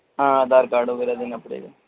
ہاں آدھار کاڈ وغیرہ دینا پڑے گا